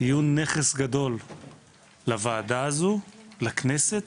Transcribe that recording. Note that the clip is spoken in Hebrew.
יהיו נכס גדול לוועדה הזו, לכנסת,